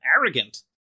arrogant